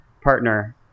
partner